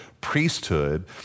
priesthood